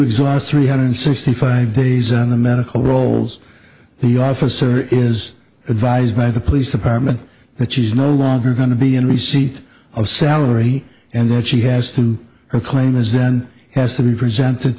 exhaust three hundred sixty five days on the medical rolls the officer is advised by the police department which is no longer going to be in receipt of salary and that she has to her claim is then has to be presented